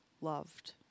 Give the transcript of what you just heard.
loved